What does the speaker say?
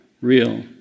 real